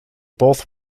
both